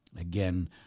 Again